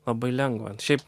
labai lengva šiaip